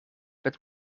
met